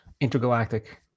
intergalactic